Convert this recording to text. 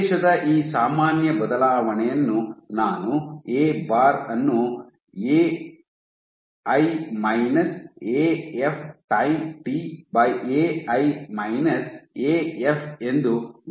ಪ್ರದೇಶದ ಈ ಸಾಮಾನ್ಯ ಬದಲಾವಣೆಯನ್ನು ನಾನು ಎ ಬಾರ್ ಅನ್ನು A I minus A F time T by A I minus A F ಎಂದು ವ್ಯಾಖ್ಯಾನಿಸಬಹುದು